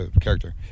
character